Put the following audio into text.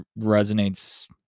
resonates